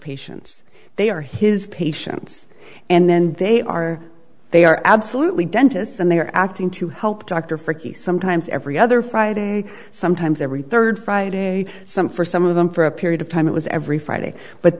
patients they are his patients and they are they are absolutely dentists and they are acting to help dr for he sometimes every other friday sometimes every third friday some for some of them for a period of time it was every friday but